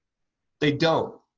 they don't.